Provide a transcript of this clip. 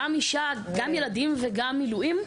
גם אישה וגם ילדים וגם מילואים?